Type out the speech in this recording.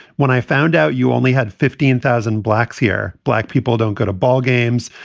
when i found out you only had fifteen thousand blacks here, black people don't go to ballgames,